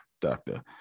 Doctor